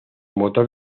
motor